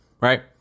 Right